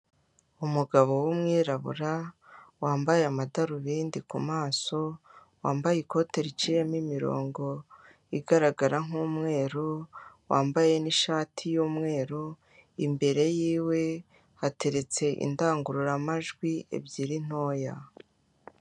Umugabo w'umwirabura wambaye amadarubindi kumaso wambaye ikote riciyemo imirongo igaragara nkumweru wambaye nishati yumweru imbere yiwe hateretse indangururamajwi ebyiri ntoya .